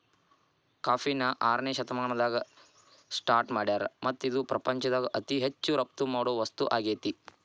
ಕಾಫಿನ ಆರನೇ ಶತಮಾನದಾಗ ಸ್ಟಾರ್ಟ್ ಮಾಡ್ಯಾರ್ ಮತ್ತ ಇದು ಪ್ರಪಂಚದಾಗ ಅತಿ ಹೆಚ್ಚು ರಫ್ತು ಮಾಡೋ ವಸ್ತು ಆಗೇತಿ